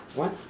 what